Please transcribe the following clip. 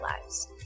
lives